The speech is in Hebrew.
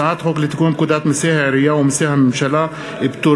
הצעת חוק לתיקון פקודת מסי העירייה ומסי הממשלה (פטורין)